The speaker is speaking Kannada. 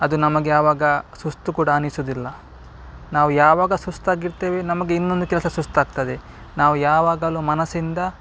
ಅದು ನಮಗೆ ಯಾವಾಗ ಸುಸ್ತು ಕೂಡ ಅನ್ನಿಸುವುದಿಲ್ಲ ನಾವು ಯಾವಾಗ ಸುಸ್ತಾಗಿರ್ತೇವೆ ನಮಗೆ ಇನ್ನೊಂದು ಕೆಲಸ ಸುಸ್ತಾಗ್ತದೆ ನಾವು ಯಾವಾಗಲೂ ಮನಸ್ಸಿಂದ